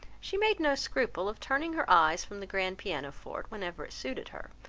she made no scruple of turning her eyes from the grand pianoforte, whenever it suited her,